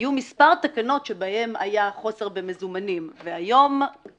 האמירה כאן היתה שברגע שרשות מקומית מעבירה